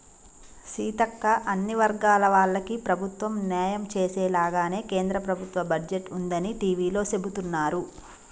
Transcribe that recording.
సీతక్క అన్ని వర్గాల వాళ్లకి ప్రభుత్వం న్యాయం చేసేలాగానే కేంద్ర ప్రభుత్వ బడ్జెట్ ఉందని టివీలో సెబుతున్నారు